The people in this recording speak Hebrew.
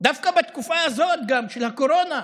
דווקא בתקופה הזאת של הקורונה.